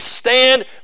stand